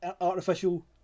artificial